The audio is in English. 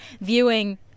viewing